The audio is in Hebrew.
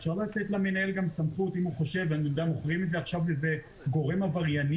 אפשר גם לתת למנהל סמכות אם הוא חושב שזה גורם עברייני